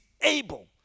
able